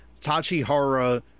Tachihara